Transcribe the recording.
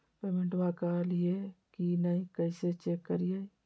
पेमेंटबा कलिए की नय, कैसे चेक करिए?